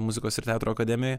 muzikos ir teatro akademijoj